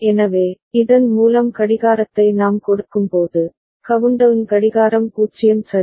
எனவே இதன் மூலம் கடிகாரத்தை நாம் கொடுக்கும்போது கவுண்டவுன் கடிகாரம் 0 சரி